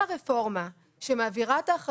האחריות.